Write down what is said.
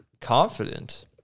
Confident